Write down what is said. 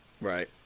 Right